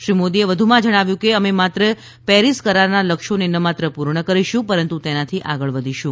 શ્રી મોદીએ જણાવ્યું હતું કે અમે માત્ર પેરિસ કરારના લક્ષ્યોને ન માત્ર પૂર્ણ કરીશું પરંતુ તેનાથી આગળ વધીશું